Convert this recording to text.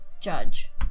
judge